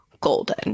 golden